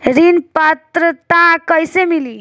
ऋण पात्रता कइसे मिली?